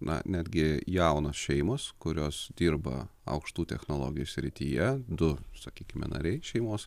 na netgi jaunos šeimos kurios dirba aukštų technologijų srityje du sakykime nariai šeimos